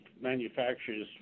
manufacturers